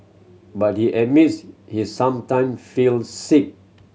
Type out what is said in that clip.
but he admits he sometime feels sick